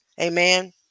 Amen